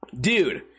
dude